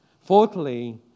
Fourthly